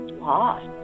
lost